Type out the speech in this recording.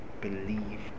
believe